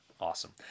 Awesome